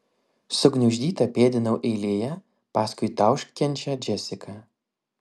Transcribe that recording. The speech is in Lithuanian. sugniuždyta pėdinau eilėje paskui tauškiančią džesiką